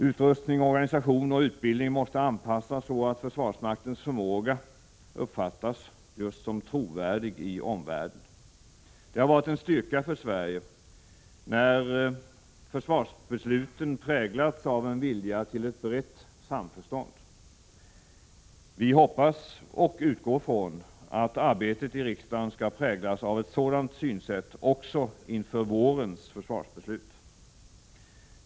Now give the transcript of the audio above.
Utrustning, organisation och utbildning måste anpassas så att försvarsmaktens förmåga uppfattas just som trovärdig i omvärlden. Det har varit en styrka för Sverige när försvarsbesluten präglats av en vilja till ett brett samförstånd. Vi hoppas och utgår från att arbetet i riksdagen skall präglas av ett sådant synsätt också inför vårens försvarsbeslut.